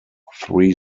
three